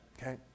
Okay